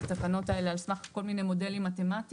התקנות האלה על סמך כל מיני מודלים מתמטיים.